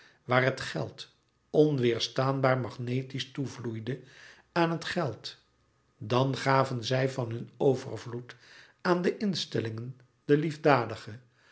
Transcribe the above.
waar het geld onweêrstaanbaar magnetisch toevloeide aan het geld dan gaven zij van hun overvloed aan de instellingen de liefdadige